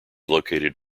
located